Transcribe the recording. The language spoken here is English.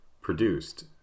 produced